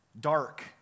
dark